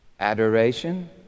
Adoration